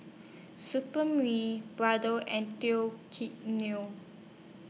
Supreme Brother and Teo Kae Neo